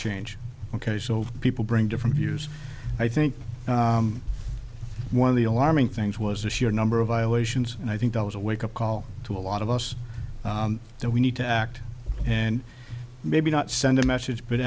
change ok so people bring different views i think one of the alarming things was the sheer number of violations and i think that was a wake up call to a lot of us that we need to act and maybe not send a message but